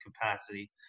capacity